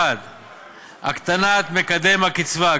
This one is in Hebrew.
1. הקטנת מקדם הקצבה.